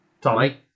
Tommy